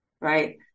right